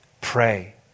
Pray